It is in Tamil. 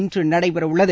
இன்று நடைபெற உள்ளது